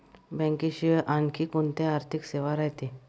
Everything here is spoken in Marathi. बँकेशिवाय आनखी कोंत्या आर्थिक सेवा रायते?